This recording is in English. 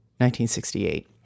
1968